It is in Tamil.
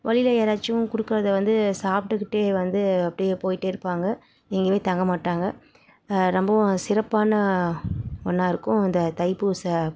வழியில் யாராச்சும் கொடுக்கறத வந்து சாப்ட்டுக்கிட்டே வந்து அப்படியே போய்ட்டே இருப்பாங்க எங்கேயுமே தங்கமாட்டாங்க ரொம்பவும் சிறப்பான ஒன்றா இருக்கும் அந்த தைப்பூசம்